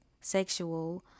sexual